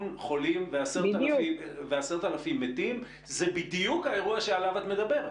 חולים ו-10,000 מתים זה בדיוק האירוע שעליו את מדברת.